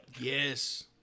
Yes